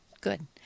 Good